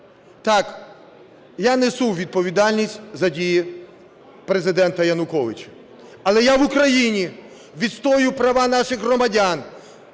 Так, я несу відповідальність за дії Президента Януковича. Але я в Україні відстоюю права наших громадян.